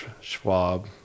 schwab